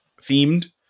themed